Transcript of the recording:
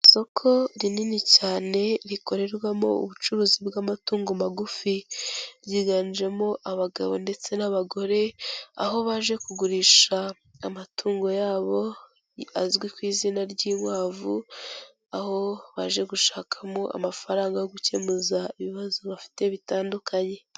Isoko rinini cyane rikorerwamo ubucuruzi bw'amatungo magufi, ryiganjemo abagabo ndetse n'abagore aho baje kugurisha amatungo yabo azwi ku izina ry'inkwavu, aho baje gushakamo amafaranga yo gukemuza ibibazo bafite bitandukanye.